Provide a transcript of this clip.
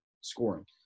scoring